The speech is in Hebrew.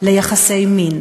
ליחסי מין.